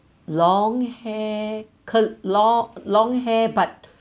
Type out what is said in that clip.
long hair curl~ long long hair but